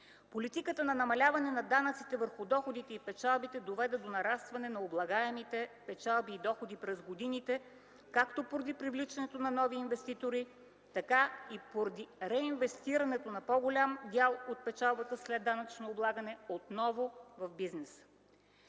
Политиката на намаляване на данъците върху доходите и печалбите доведе до нарастване на облагаемите печалби и доходи през годините както поради привличането на нови инвеститори, така и поради реинвестирането на по-голям дял от печалбата след данъчно облагане отново в бизнеса.